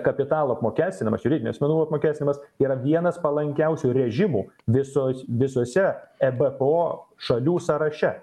kapitalo apmokestinamas juridinių asmenų apmokestinimas yra vienas palankiausių režimų visos visose ebpo šalių sąraše